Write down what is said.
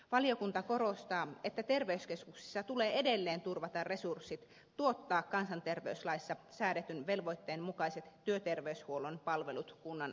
valiokunta korostaa että terveyskeskuksissa tulee edelleen turvata resurssit tuottaa kansanterveyslaissa säädetyn velvoitteen mukaiset työterveyshuollon palvelut kunnan alueella